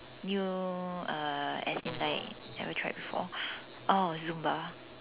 new uh as it like never try before oh zumba